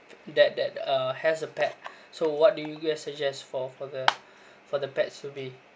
that that uh has a pet so what do you guys suggest for for the for the pets to be